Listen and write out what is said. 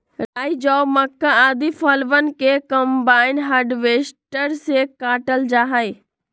राई, जौ, मक्का, आदि फसलवन के कम्बाइन हार्वेसटर से काटल जा हई